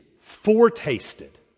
foretasted